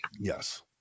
yes